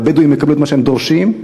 הבדואים יקבלו את מה שהם דורשים,